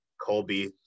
Colby